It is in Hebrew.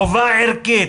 חובה ערכית,